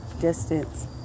distance